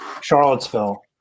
Charlottesville